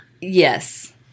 Yes